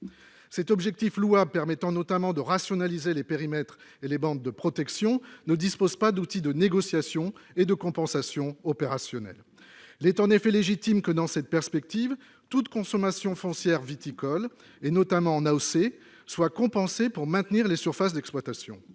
Cet objectif louable permettant notamment de rationaliser les périmètres et les bandes de protection ne dispose pas d'outil opérationnel de négociation et de compensation. Il est en effet légitime que, dans cette perspective, toute consommation foncière viticole, notamment en appellation d'origine contrôlée, soit compensée pour maintenir les surfaces d'exploitation,